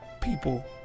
People